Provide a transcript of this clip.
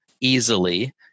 easily